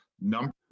number